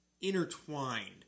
intertwined